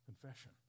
Confession